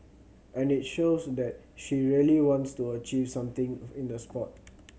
and it shows that she really wants to achieve something in the sport